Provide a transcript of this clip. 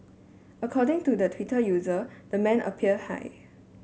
according to the Twitter user the man appeared high